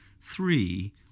three